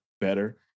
better